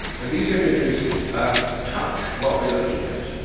and these images touch what we're looking at.